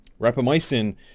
Rapamycin